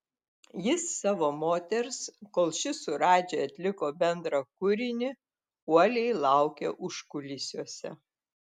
jis savo moters kol ši su radži atliko bendrą kūrinį uoliai laukė užkulisiuose